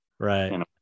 Right